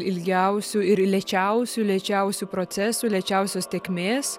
ilgiausių ir lėčiausių lėčiausių procesų lėčiausios tėkmės